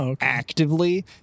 actively